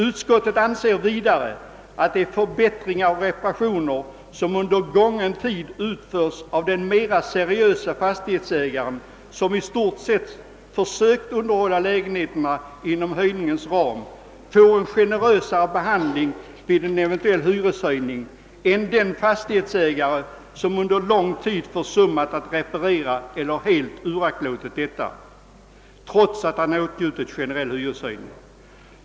Utskottet anser vidare att den mera seriösa fastighetsägare, som tidigare utfört förbättringar och reparationer och i stort sett försökt underhålla lägenheterna inom höjningarnas ram, bör få en generösare behandling vid en eventuell hyreshöjning än den fastighetsägare som under lång tid försummat att reparera eller helt uraktlåtit att göra reparationer, trots att han åtnjutit generell] hyreshöjning.